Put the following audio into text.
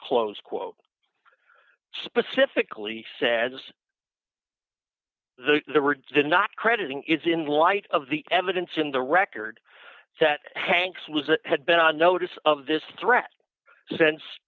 close quote specifically says the the rig's did not crediting is in light of the evidence in the record that hanks was it had been on notice of this threat since